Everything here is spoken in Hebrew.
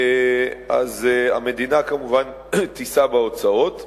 המדינה כמובן תישא בהוצאות.